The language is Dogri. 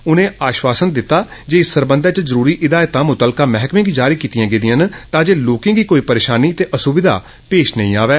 उनै आशवासन दिता जे इस सरबंधै च जरूरी इदायता मुतलका मेहकमें गी जारी कीती गेइयां न तांजे लोकेंगी कोई परेशानी ते असुविधा पेश नेंई आवै